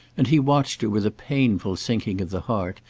and he watched her with a painful sinking of the heart,